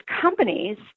companies